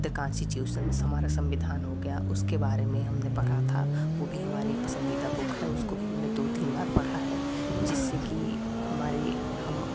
the constitutions हमारा संविधान हो गया उसके बारे में हमने पढ़ा था वह भी हमारी पसंदीदा बुक है उसको भी हमने दो तीन बार पढ़ा है जिससे कि हमारे हम